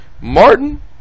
Martin